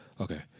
okay